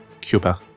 Cuba